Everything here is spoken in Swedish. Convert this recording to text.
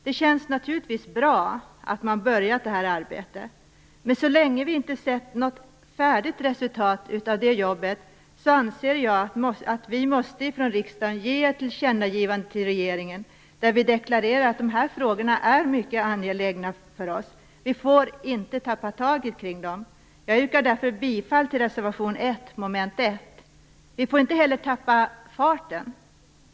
Det känns naturligtvis bra att man har börjat det här arbetet. Men så länge vi inte har sett något färdigt resultat av det jobbet anser jag att vi från riksdagen måste ge ett tillkännagivande till regeringen, där vi deklarerar att de här frågorna är mycket angelägna för oss. Vi får inte tappa taget kring dem. Jag yrkar därför bifall till reservation 1 under mom. 1. Vi får inte heller tappa farten.